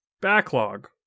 Backlog